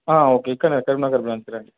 okay ఇక్కడనే కరీంనగర్ బ్రాంచ్కి రండి